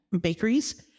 bakeries